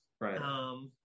Right